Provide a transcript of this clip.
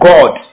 God